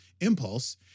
Impulse